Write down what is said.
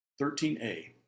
13a